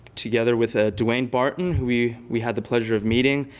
together with ah dewayne barton, who we we had the pleasure of meeting,